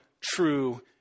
true